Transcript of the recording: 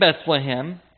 Bethlehem